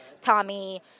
Tommy